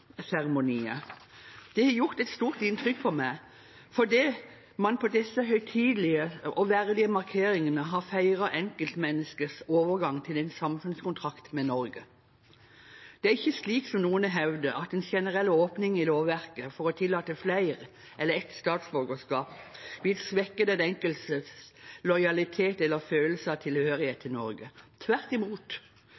statsborgerseremonier. Det har gjort et stort inntrykk på meg, fordi man på disse høytidelige og verdige markeringene har feiret enkeltmenneskets overgang til en samfunnskontrakt med Norge. Det er ikke slik, som noen har hevdet, at en generell åpning i lovverket for å tillate flere enn ett statsborgerskap vil svekke den enkeltes lojalitet eller følelse av tilhørighet